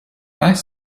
ice